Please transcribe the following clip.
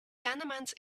tenements